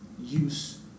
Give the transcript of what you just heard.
use